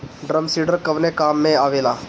Drum seeder कवने काम में आवेला?